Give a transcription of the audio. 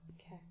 Okay